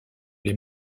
les